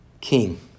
king